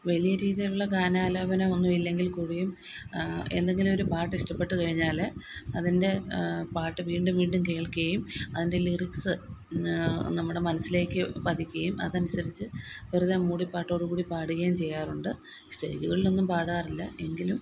വലിയ രീതിയിലുള്ള ഗാനാലാപനമൊന്നും ഇല്ലെങ്കിൽ കൂടിയും എന്തെങ്കിലും ഒരു പാട്ടിഷ്ടപ്പെട്ട് കഴിഞ്ഞാല് അതിൻ്റെ പാട്ട് വീണ്ടും വീണ്ടും കേൾക്കുകയും അതിൻ്റെ ലിറിക്സ് പിന്നെ നമ്മുടെ മനസ്സിലേക്ക് പതിക്കുകയും അതനുസരിച്ച് വെറുതെ മൂളിപ്പാട്ടോടുകൂടി പാടുകയും ചെയ്യാറുണ്ട് സ്റ്റേജുകളിലൊന്നും പാടാറില്ല എങ്കിലും